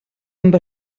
amb